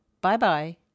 Bye-bye